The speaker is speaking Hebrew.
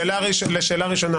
לשאלה הראשונה,